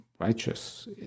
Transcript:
righteous